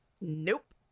Nope